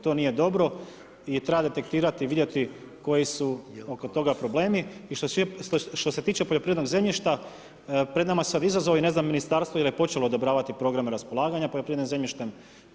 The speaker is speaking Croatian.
To nije dobro i treba detektirati, vidjeti koji su oko toga problemi i što se tiče poljoprivrednog zemljišta, pred nama su sad izazovi, ne znam Ministarstvo je li počelo odobravati programe raspolaganja poljoprivrednim zemljištem.